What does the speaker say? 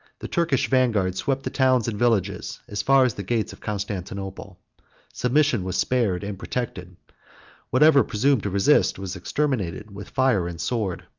the turkish vanguard swept the towns and villages as far as the gates of constantinople submission was spared and protected whatever presumed to resist was exterminated with fire and sword.